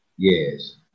Yes